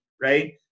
right